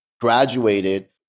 graduated